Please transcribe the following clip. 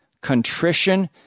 contrition